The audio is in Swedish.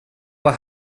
vara